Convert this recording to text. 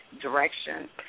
direction